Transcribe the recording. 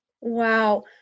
wow